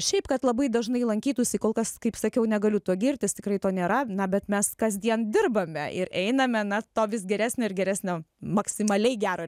šiaip kad labai dažnai lankytųsi kol kas kaip sakiau negaliu tuo girtis tikrai to nėra na bet mes kasdien dirbame ir einame na to vis geresnė ir geresnio maksimaliai gero